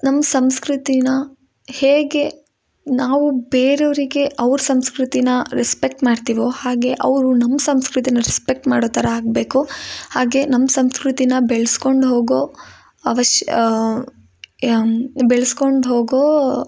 ನಮ್ಮ ಸಂಸ್ಕೃತಿನ ಹೇಗೆ ನಾವು ಬೇರೆವ್ರಿಗೆ ಅವ್ರ ಸಂಸ್ಕೃತಿನ ರೆಸ್ಪೆಕ್ಟ್ ಮಾಡ್ತೀವೋ ಹಾಗೆ ಅವರು ನಮ್ಮ ಸಂಸ್ಕೃತಿನ ರೆಸ್ಪೆಕ್ಟ್ ಮಾಡೋ ಥರ ಆಗಬೇಕು ಹಾಗೆ ನಮ್ಮ ಸಂಸ್ಕೃತಿನ ಬೆಳೆಸ್ಕೊಂಡು ಹೋಗೋ ಅವಶ ಯಾ ಬೆಳೆಸ್ಕೊಂಡು ಹೋಗೋ